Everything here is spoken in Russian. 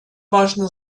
важное